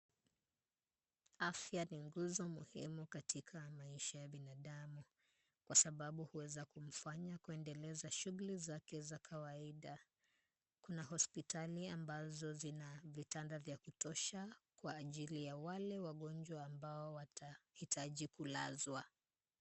Afya ni nguzo muhimu katika maisha ya binadamu, kwa sababu huweza kumfanya kuendeleza shughuli zake za kawaida. Kuna hospitali ambazo zina vitanda vya kutosha, kwa ajili ya wale wagonjwa ambao watahitaji kulazwa.